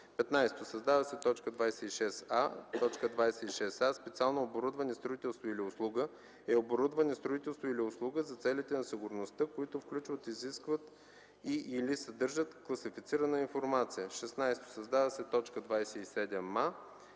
15. Създава се т. 26а: „26а. „Специално оборудване, строителство или услуга” е оборудване, строителство или услуга за целите на сигурността, които включват, изискват и/или съдържат класифицирана информация.” 16. Създава се т. 27а: